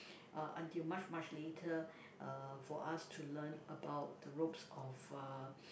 uh until much much later uh for us to learn about the ropes of uh